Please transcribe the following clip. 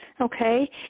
Okay